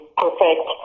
perfect